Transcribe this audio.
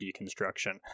deconstruction